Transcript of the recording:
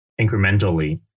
incrementally